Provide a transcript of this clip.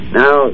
now